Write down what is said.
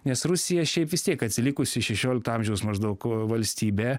nes rusija šiaip vis tiek atsilikusi šešiolikto amžiaus maždaug valstybė